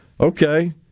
okay